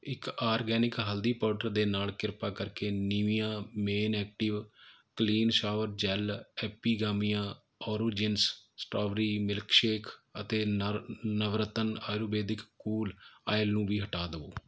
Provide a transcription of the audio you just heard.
ਇੱਕ ਆਰਗੈਨਿਕ ਹਲਦੀ ਪਾਊਡਰ ਦੇ ਨਾਲ ਕਿਰਪਾ ਕਰਕੇ Nivea men active clean shower gel Epigamia origins strawberry milkshake ਅਤੇ ਨਰ ਨਵਰਤਨ ਆਯੁਰਵੈਦਿਕ ਕੂਲ ਆਇਲ ਨੂੰ ਵੀ ਹਟਾ ਦਿਉ